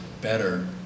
better